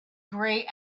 grey